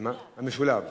אלה שתי הצעות, משולב.